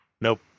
Nope